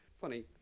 funny